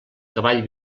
cavall